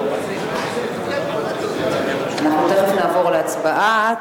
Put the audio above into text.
אנחנו תיכף נעבור להצבעה,